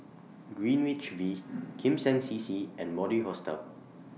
Greenwich V Kim Seng C C and Mori Hostel